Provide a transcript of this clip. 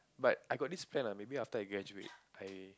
but I got this plan lah maybe after I graduate I